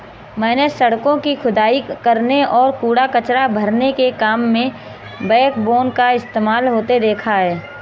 मैंने सड़कों की खुदाई करने और कूड़ा कचरा भरने के काम में बैकबोन का इस्तेमाल होते देखा है